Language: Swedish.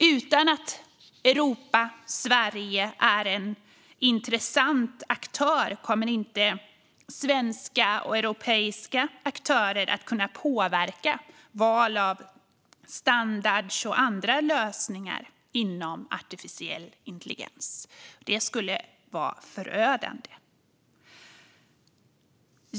Utan att Europa - Sverige - är en intressant aktör kommer inte svenska och europeiska aktörer att kunna påverka val av standarder och andra lösningar inom artificiell intelligens. Det skulle vara förödande.